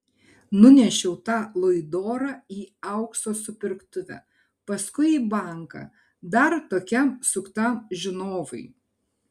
nunešiau tą luidorą į aukso supirktuvę paskui į banką dar tokiam suktam žinovui